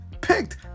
picked